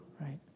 right